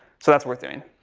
so that's worth doing.